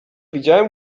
widziałem